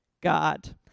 God